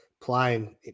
playing